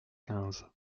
quinze